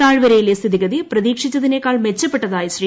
താഴ്വരയിലെ സ്ഥിതിഗതി പ്രതീക്ഷിച്ചതിനേക്കാൾ മെച്ചപ്പെട്ടതായി ശ്രീ